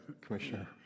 Commissioner